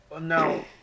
No